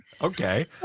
Okay